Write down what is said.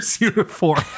uniform